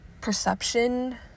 perception